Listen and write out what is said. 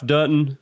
Dutton